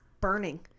burning